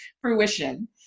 fruition